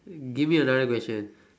give me another question